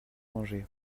manger